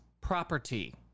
property